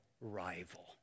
rival